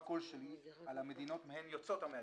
כל שהיא על המדינות מהן יוצאים המהגרים.